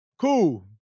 cool